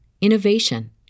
innovation